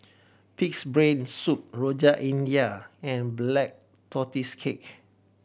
Pig's Brain Soup Rojak India and Black Tortoise Cake